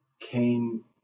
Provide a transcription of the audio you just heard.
came